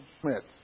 Smith